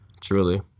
Truly